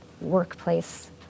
workplace